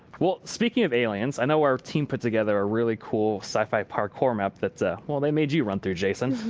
well speaking of aliens, i know our team put together a really cool sci-fi parkour map that, well, they made you run through, jason.